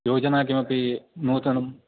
योजना किमपि नूतनं